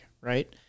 right